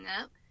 up